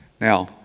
Now